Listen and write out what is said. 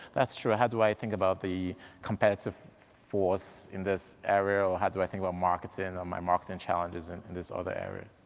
that's true, how do i think about the competitive force in this area, or how do i think about marketing, or my marketing challenges, in this other area?